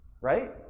Right